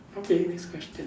okay next question